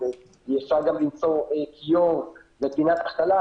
ואפשר גם ליצור כיור ופינת האכלה,